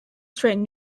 strand